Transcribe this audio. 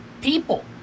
people